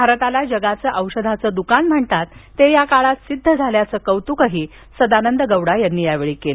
भारताला जगाचं औषधाचं दुकान म्हणतात ते या काळात सिद्ध झाल्याचं कौतुक सदानंद गौडा यांनी सांगितलं